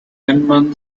inman